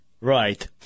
Right